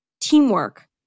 teamwork